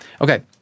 Okay